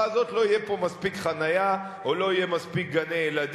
הזאת לא תהיה פה מספיק חנייה או לא יהיו מספיק גני-ילדים,